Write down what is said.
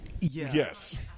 Yes